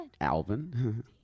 Alvin